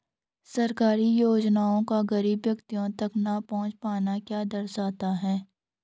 सरकारी योजनाओं का गरीब व्यक्तियों तक न पहुँच पाना क्या दर्शाता है?